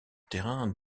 terrain